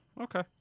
Okay